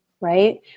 right